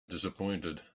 disappointed